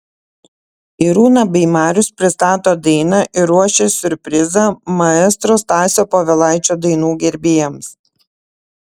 irūna bei marius pristato dainą ir ruošia siurprizą maestro stasio povilaičio dainų gerbėjams